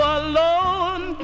alone